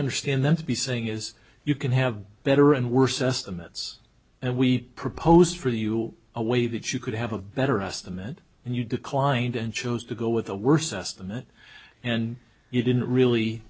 understand them to be saying is you can have better and worse estimates and we proposed for you a way that you could have a better estimate and you declined and chose to go with a worse estimate and you didn't really